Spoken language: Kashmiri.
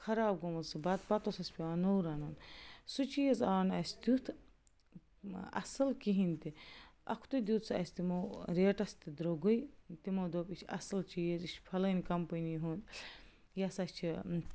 خراب گوٚمُت سُہ بتہٕ پتہٕ اوس اَسہِ پیٚوان نوٚو رَنُن سُہ چیٖز آو نہٕ اَسہِ تیُتھ اَصٕل کِہیٖنۍ تہِ اَکھتُے دیُت سُہ اَسہِ تِمو ریٹس تہِ درٛۄگٕے تِمو دوٚپ یہِ چھِ اَصٕل چیٖز یہِ چھِ فَلٲنۍ کمپٔنی ہُنٛد یہِ سا چھِ